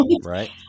Right